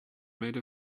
made